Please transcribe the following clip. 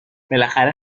بالاخره